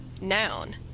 Noun